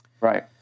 Right